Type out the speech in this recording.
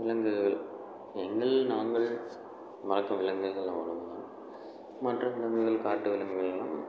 விலங்குகள் எங்கள் நாங்கள் வளர்க்கும் விலங்குகள் அவ்ளோதான் மற்ற விலங்குகள் காட்டு விலங்குகளெல்லாம்